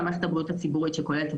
באשר למערכת הבריאות הציבורית שכוללת את